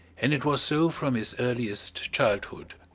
and it was so from his earliest childhood.